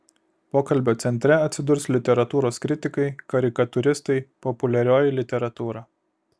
pokalbio centre atsidurs literatūros kritikai karikatūristai populiarioji literatūra